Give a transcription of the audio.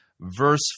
verse